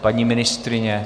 Paní ministryně?